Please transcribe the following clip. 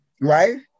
right